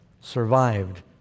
survived